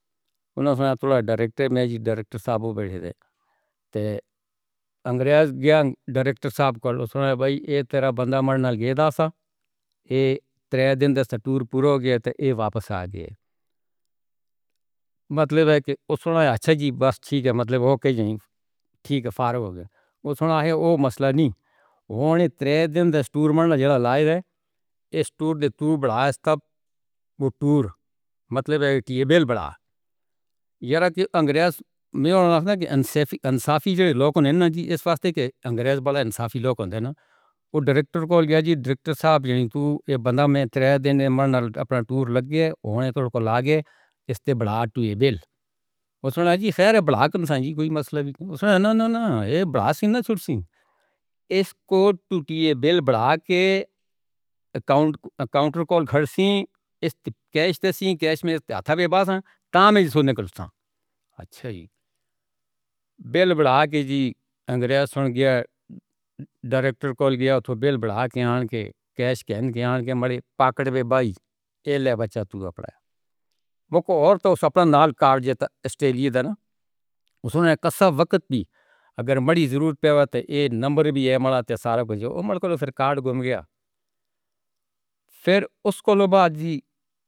ڈائریکٹر نہیں جی، ڈائریکٹر صاحب ہو بیٹھے تھے انگریز گیا ڈائریکٹر صاحب کر لو اُس نے بھائی اے تیرا بندہ منڈل دے داسا اے تیرے دن تو اے واپس آ گئے مطلب ہے کہ اُس نے اچھا جی بس ٹھیک ہے مطلب اوکے ٹھیک ہے فاروق ہو گیا۔ او سنا ہے او مسلانی اونے تیرے دُوں لائی رے اے سٹور دے تو بڑا اے سب او ٹور مطلب اے بیل بڑا یار۔ انگریز میں انصافی دے انگریز۔ او ڈائریکٹر کال کیا جی ڈائریکٹر صاحب، اے بندہ میں اپنا ٹور لگ گئے، اونے کو لگے اِس سے بڑا تو اے بل؟ اچھا جی بل بڑھا کے جی ڈائریکٹر کال گیا تو بل۔ اُس نے کسا وقت بھی اگر بڑی ضرورت پے ہے تو اے نمبر بھی ہے ملات ہے سارا کچھ او میرے کو تو پھر کارڈ گم گیا پھر اُس کو لو بات جی۔